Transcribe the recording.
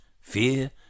fear